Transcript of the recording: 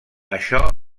això